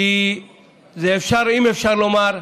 כי אפשר לומר,